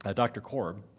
ah dr. korb,